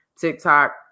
TikTok